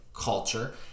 culture